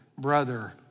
brother